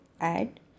add